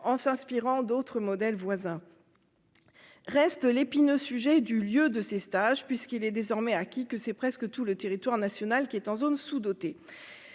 en s'inspirant d'autres modèles voisin reste l'épineux sujet du lieu de ces stages puisqu'il est désormais acquis que c'est presque tout le territoire national qui est en zone sous-dotée,